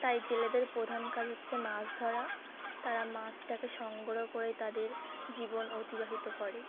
তাই জেলেদের প্রধান কাজ হচ্ছে মাছ ধরা তারা মাছটাকে সংগ্রহ করে তাদের জীবন অতিবাহিত করে